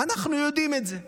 אנחנו יודעים את זה.